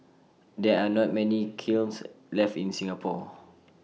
there are not many kilns left in Singapore